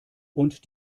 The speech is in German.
und